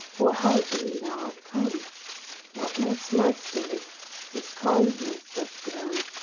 or how to me thou art come not less my spirit with calm bliss doth glow,